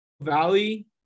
Valley